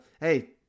hey